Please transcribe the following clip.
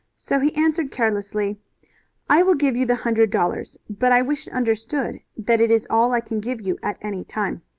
so he answered carelessly i will give you the hundred dollars, but i wish it understood that it is all i can give you at any time.